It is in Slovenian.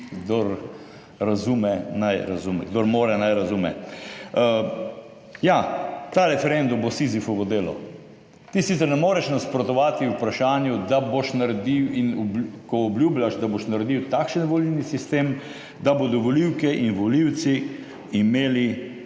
kdor more, naj razume. Ja, ta referendum bo Sizifovo delo. Ti sicer ne moreš nasprotovati vprašanju, da boš naredil in ko obljubljaš, da boš naredil takšen volilni sistem, da bodo volivke in volivci imeli